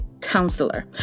Counselor